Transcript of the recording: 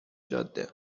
جاده